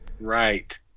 Right